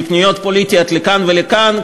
פניות פוליטיות לכאן ולכאן,